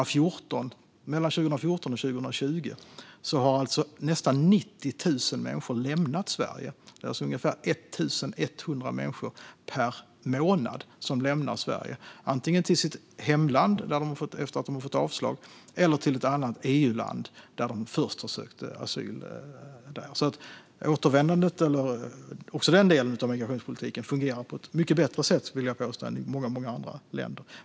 Mellan 2014 och 2020 har nästan 90 000 människor lämnat Sverige; det är alltså ungefär 1 100 människor per månad som har lämnat Sverige. De har åkt antingen till sitt hemland, efter att ha fått avslag, eller till ett annat EU-land där de först har sökt asyl. Jag vill påstå att även återvändandedelen av migrationspolitiken fungerar på ett mycket bättre sätt än i många andra länder.